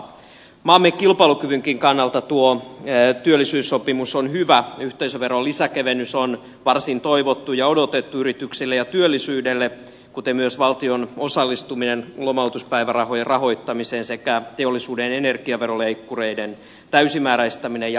maamme kilpailukyvynkin kannalta tuo työllisyyssopimus on hyvä yhteisöveron lisäkevennys on varsin toivottu ja odotettu yrityksille ja työllisyydelle kuten myös valtion osallistuminen lomautuspäivärahojen rahoittamiseen sekä teollisuuden energiaveroleikkureiden täysimääräistäminen ja aikaistaminen